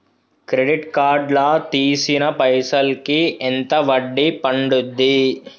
Credit card లా తీసిన పైసల్ కి ఎంత వడ్డీ పండుద్ధి?